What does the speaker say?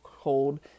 cold